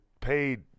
paid